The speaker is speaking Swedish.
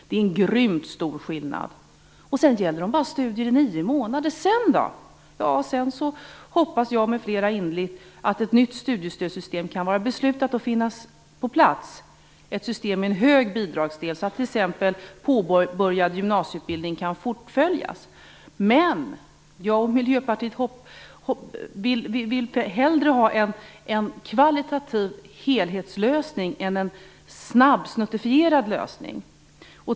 Det är en grymt stor skillnad. Och sedan gäller det bara studier i nio månader! Vad händer sedan? Ja, jag hoppas innerligt att ett nytt studiestödssystem då kan vara beslutat och finnas på plats, med en hög bidragsdel, så att t.ex. påbörjad gymnasieutbildning kan fullföljas. Jag och Miljöpartiet vill hellre ha en kvalitativ helhetslösning än en snabb, snuttifierad lösning.